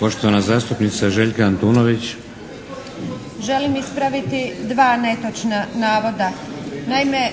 **Antunović, Željka (SDP)** Želim ispraviti dva netočna navoda. Naime,